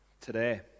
today